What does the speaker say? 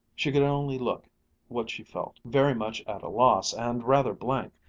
she could only look what she felt, very much at a loss, and rather blank,